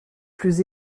plus